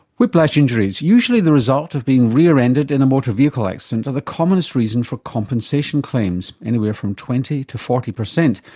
whiplash injuries, usually the result of being rear-ended in a motor vehicle accident, are the commonest reason for compensation claims, anywhere from twenty percent to forty percent,